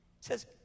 says